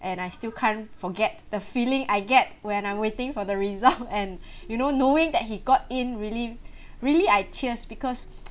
and I still can't forget the feeling I get when I'm waiting for the result and you know knowing that he got in really really I tears because